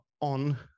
on